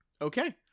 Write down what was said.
Okay